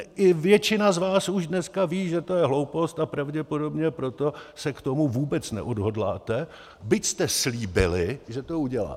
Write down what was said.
I většina z vás už dneska ví, že to je hloupost, a pravděpodobně proto se k tomu vůbec neodhodláte, byť jste slíbili, že to uděláte.